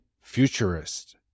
futurist